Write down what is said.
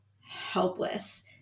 helpless